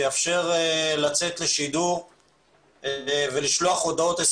מה שיאפשר לצאת לשידור ולשלוח הודעות.